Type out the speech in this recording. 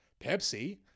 Pepsi